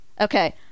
Okay